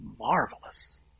marvelous